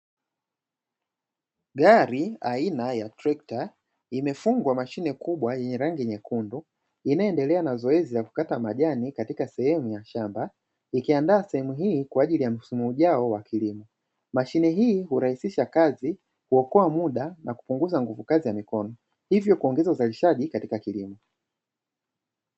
Gari aina ya trekta imefungwa mashine kubwa yenye rangi nyekundu inayoendelea na zoezi la kukata majan, katika sehemu ya shamba, ikiandaa sehemu hii kwaajili ya msimu ujao wa kilimo, mashine hii hurahisisha kazi huokoa muda na kupunguza nguvu kazi za mikono hivyo kuongeza uzalishaji katika kilimo.